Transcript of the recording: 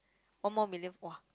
one more million !wah!